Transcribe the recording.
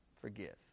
Forgive